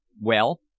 Well